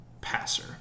passer